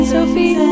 Sophie